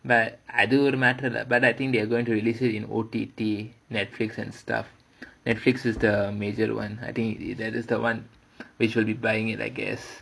but அது ஒரு:adhu oru but I think they are going to release it in O_T_T Netflix and stuff Netflix is the the major one I think that is the [one] which will be buying it I guess